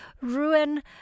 ruin